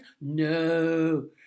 No